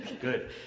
Good